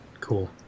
cool